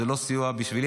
זה לא סיוע בשבילי,